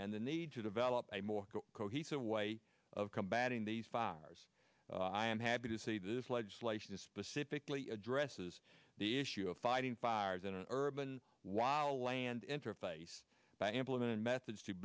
and the need to develop a more cohesive way of combating these fires i am happy to see this legislation specifically addresses the issue of fighting fires in urban while land interface by implementing methods